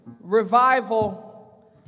Revival